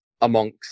amongst